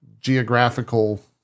geographical